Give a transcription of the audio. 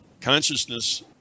Consciousness